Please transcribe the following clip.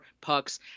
pucks